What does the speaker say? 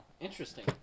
interesting